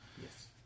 Yes